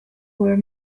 were